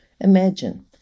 Imagine